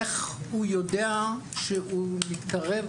איך הוא יודע שהוא מתקרב